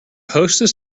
hostess